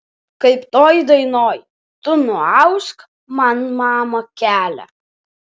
kaip toj dainoj tu nuausk man mama kelią